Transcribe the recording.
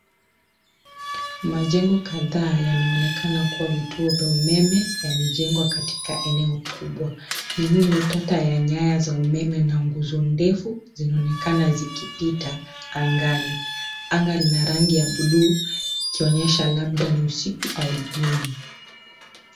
Majengo kadhaa yanaonekana kuwa vituo vya umeme yamejengwa katika eneo kubwa. Miundo tata ya nyaya za umeme na nguzo ndefu zinaonekana zikipita angani. Anga lina rangi ya buluu likionyesha labda ni usiku au jioni.